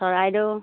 Charaideo